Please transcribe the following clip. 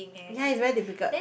ya is very difficult